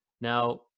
Now